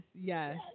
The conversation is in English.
Yes